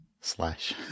Slash